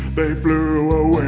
they flew away